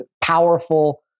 powerful